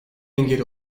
engel